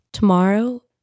Tomorrow